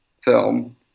film